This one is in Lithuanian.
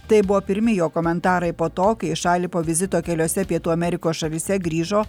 tai buvo pirmi jo komentarai po to kai į šalį po vizito keliose pietų amerikos šalyse grįžo